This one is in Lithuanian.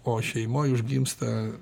o šeimoj užgimsta